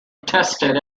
attested